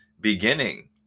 beginning